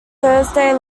thursday